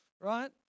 right